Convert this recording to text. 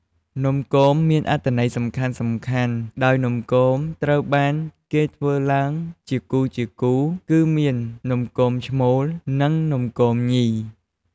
នំគមមានអត្ថន័យសំខាន់ៗដោយនំគមត្រូវបានគេធ្វើឡើងជាគូៗ គឺមាន នំគមឈ្មោល និង នំគមញី។